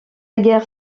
guerre